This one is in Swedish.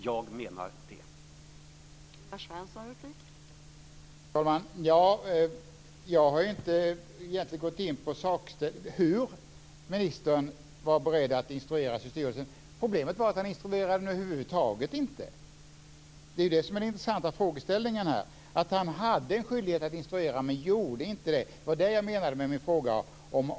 Jag menar att han gjorde det.